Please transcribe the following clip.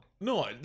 No